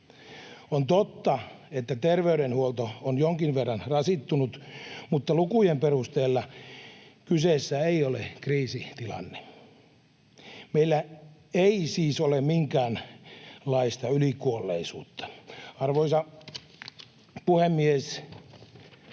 On totta, että terveydenhuolto on jonkin verran rasittunut, mutta lukujen perusteella kyseessä ei ole kriisitilanne. Meillä ei siis ole minkäänlaista ylikuolleisuutta. Arvoisa puhemies!